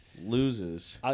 Loses